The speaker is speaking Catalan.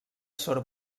sor